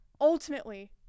Ultimately